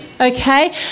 Okay